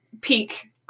peak